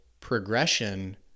progression